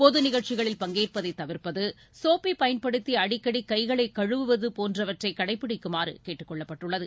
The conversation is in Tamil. பொது நிகழ்ச்சிகளில் பங்கேற்பதை தவிர்ப்பது சோப்பை பயன்படுத்தி அடிக்கடி கைகளை கழுவுவது போன்றவற்றை கடைப்பிடிக்குமாறு கேட்டுக்கொள்ளப்பட்டுள்ளது